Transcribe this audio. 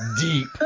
deep